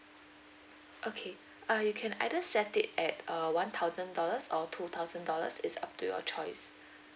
okay uh you can either set it at uh one thousand dollars or two thousand dollars is up to your choice